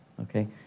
okay